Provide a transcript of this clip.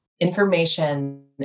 information